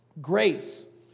Grace